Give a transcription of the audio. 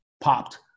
popped